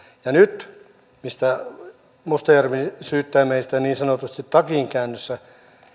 ja kun mustajärvi nyt syyttää meitä niin sanotusti takinkäännöstä